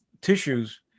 tissues